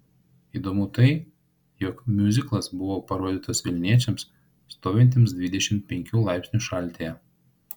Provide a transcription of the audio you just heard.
įdomu tai jog miuziklas buvo parodytas vilniečiams stovintiems dvidešimt penkių laipsnių šaltyje